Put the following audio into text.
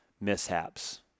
mishaps